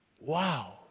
Wow